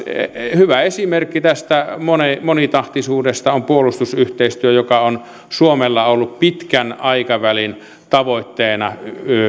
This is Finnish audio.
hyvä esimerkki tästä monitahtisuudesta on puolustusyhteistyö jota suomella on ollut pitkän aikavälin tavoitteena